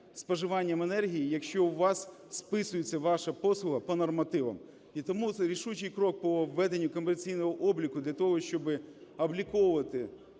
споживанням енергії, якщо у вас списується ваша послуга по нормативах. І тому це рішучий крок по введенню комерційного обліку для того, щоб обліковувати